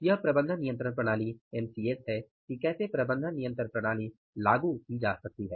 यह प्रबंधन नियंत्रण प्रणाली एमसीएस है कि कैसे प्रबंधन नियंत्रण प्रणाली लागू की जा सकती है